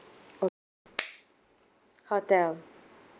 oh hotel